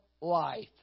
life